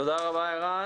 תודה רבה ערן.